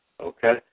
Okay